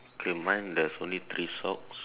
okay mine there's only three socks